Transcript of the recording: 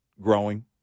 growing